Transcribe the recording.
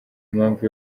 mpamvu